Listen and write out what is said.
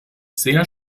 sehr